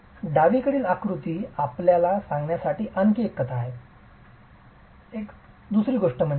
डावीकडील आकृती आपल्याला सांगण्यासाठी आणखी एक कथा आहे